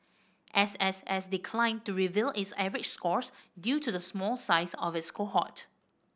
S S S declined to reveal its average scores due to the small size of its cohort